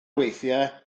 weithiau